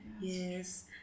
Yes